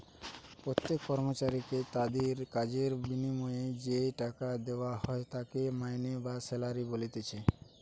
প্রত্যেক কর্মচারীকে তাদির কাজের বিনিময়ে যেই টাকা লেওয়া হয় তাকে মাইনে বা স্যালারি বলতিছে